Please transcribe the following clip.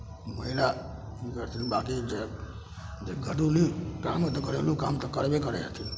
महिला करै हथिन बाँकी जे हइ जे घरेलू काम तऽ करबे करै हथिन